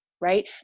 Right